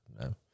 no